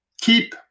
keep